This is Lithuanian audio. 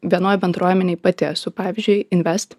vienoj bendruomenėj pati esu pavyzdžiui invest